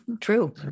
True